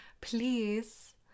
please